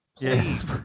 Yes